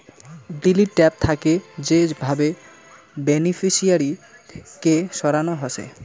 delete tab থাকে যে ভাবে বেনিফিশিয়ারি কে সরানো হসে